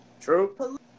True